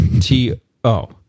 T-O